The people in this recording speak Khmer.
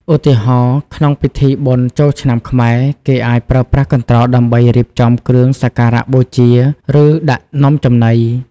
ឧទាហរណ៍ ក្នុងពិធីបុណ្យចូលឆ្នាំខ្មែរ គេអាចប្រើប្រាស់កន្ត្រកដើម្បីរៀបចំគ្រឿងសក្ការៈបូជា ឬដាក់នំចំណី។